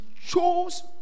chose